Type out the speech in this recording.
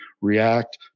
react